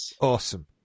awesome